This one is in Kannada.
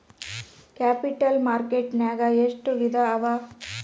ಕ್ಯಾಪಿಟಲ್ ಮಾರ್ಕೆಟ್ ನ್ಯಾಗ್ ಎಷ್ಟ್ ವಿಧಾಅವ?